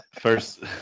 First